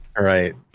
right